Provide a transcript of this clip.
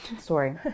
Sorry